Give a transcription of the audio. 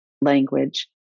language